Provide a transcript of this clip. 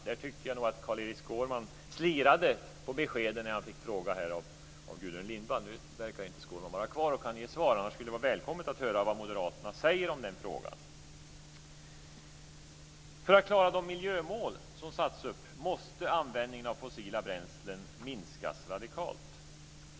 Här tycker jag nog att Carl-Erik Skårman slirade på beskedet när han fick frågan av Gudrun Lindvall. Nu verkar inte Skårman vara kvar här och kan därför inte ge ett svar. Annars skulle det ha varit välkommet att höra vad Moderaterna säger i den frågan. För att klara de miljömål som satts upp måste användningen av fossila bränslen minskas radikalt.